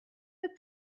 but